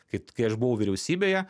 kai kai aš buvau vyriausybėje